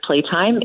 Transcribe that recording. playtime